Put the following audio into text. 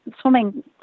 Swimming